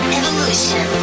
evolution